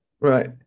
Right